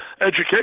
education